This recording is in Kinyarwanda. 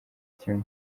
kimwe